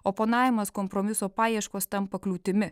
oponavimas kompromiso paieškos tampa kliūtimi